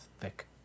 thick